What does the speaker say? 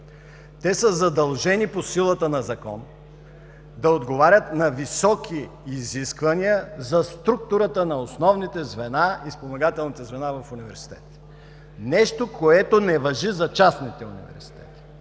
Те са задължени по силата на закон да отговарят на високи изисквания за структурата на основните и спомагателните звена в университетите. Нещо, което не важи за частните университети.